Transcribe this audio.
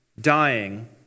dying